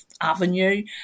avenue